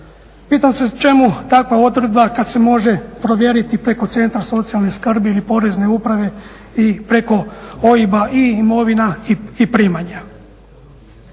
Pitam se čemu takva odredba kada se može provjeriti preko centra za socijalnu skrb ili porezne uprave i preko OIB-a i imovina i primanja.